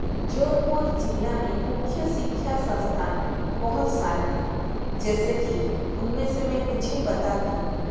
जोधपुर जिला में मुख्य शिक्षा संस्थान बहुत सारे है जैसे कि उनमें से मैं कुछ ही बताती हूँ